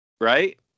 right